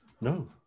No